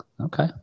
okay